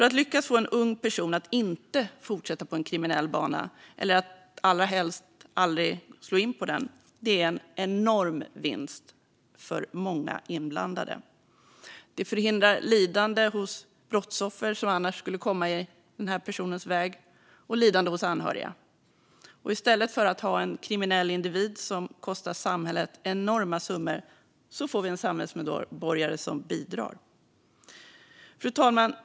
Att lyckas få en ung person att inte fortsätta på en kriminell bana eller, allrahelst, att aldrig slå in på den är en enorm vinst för många inblandade. Det förhindrar lidande hos brottsoffer som annars skulle komma i den här personens väg liksom lidande hos anhöriga. Och i stället för att ha en kriminell individ som kostar samhället enorma summor får vi en samhällsmedborgare som bidrar. Fru talman!